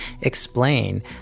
explain